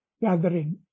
gathering